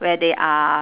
where they are